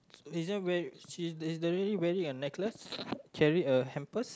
this is where is she is the lady wearing a necklace carrying a hamper